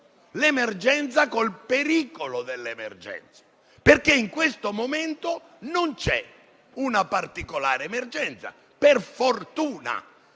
l'emergenza col pericolo dell'emergenza, perché in questo momento non c'è una particolare emergenza, per fortuna,